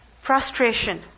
Frustration